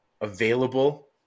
available